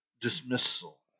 dismissal